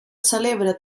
celebra